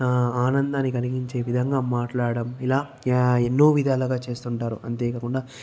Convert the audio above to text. ఆనందాన్ని కలిగించే విధంగా మాట్లాడడం ఇలా య ఎన్నో విధాలుగా చేస్తుంటారు అంతేకాకుండా